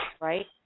right